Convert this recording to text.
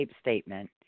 statement